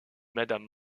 madame